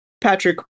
Patrick